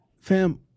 Fam